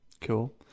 Cool